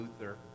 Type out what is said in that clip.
Luther